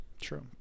True